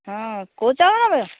ହଁ